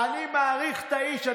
אני מעריך את האיש,